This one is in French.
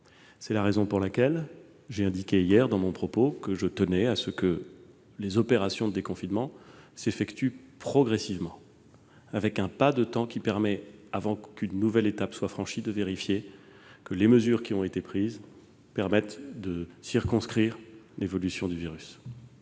C'est la raison pour laquelle j'ai indiqué dans mon propos d'hier que je tenais à ce que les opérations de déconfinement s'effectuent progressivement, avec un pas de temps qui permette, avant qu'une nouvelle étape soit franchie, de vérifier que les mesures prises aboutissent à circonscrire l'évolution du virus.